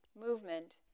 movement